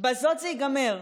בזאת זה ייגמר.